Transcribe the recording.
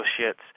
associates